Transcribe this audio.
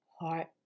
heart